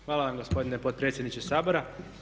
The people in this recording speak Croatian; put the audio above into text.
Hvala vam gospodine potpredsjedniče Sabora.